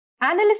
Analysts